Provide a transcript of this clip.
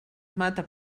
mata